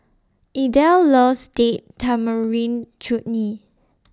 Idell loves Date Tamarind Chutney